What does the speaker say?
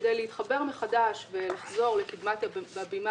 כדי להתחבר מחדש ולחזור לקדמת הבמה